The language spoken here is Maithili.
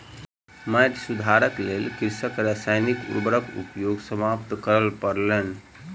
माइट सुधारक लेल कृषकक रासायनिक उर्वरक उपयोग समाप्त करअ पड़लैन